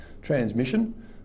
transmission